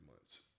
months